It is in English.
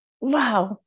Wow